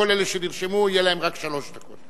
כל אלה שנרשמו יהיו להם רק שלוש דקות,